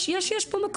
יש פה מקום,